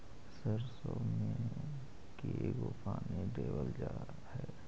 सरसों में के गो पानी देबल जा है?